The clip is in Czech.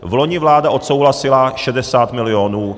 Vloni vláda odsouhlasila 60 milionů.